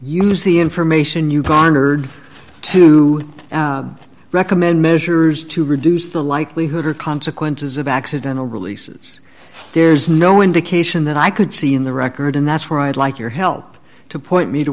use the information you pondered to recommend measures to reduce the likelihood or consequences of accidental releases there's no indication that i could see in the record and that's where i'd like your help to point me to